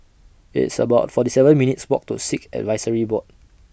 It's about forty seven minutes' Walk to Sikh Advisory Board